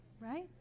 right